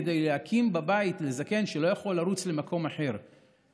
כדי להקים בבית לזקן שלא יכול לרוץ למקום אחר,